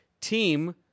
team